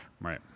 Right